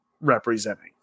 representing